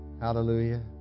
Hallelujah